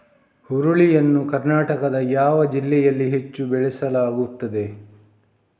ಹುರುಳಿ ಯನ್ನು ಕರ್ನಾಟಕದ ಯಾವ ಜಿಲ್ಲೆಯಲ್ಲಿ ಹೆಚ್ಚು ಬೆಳೆಯಲಾಗುತ್ತದೆ?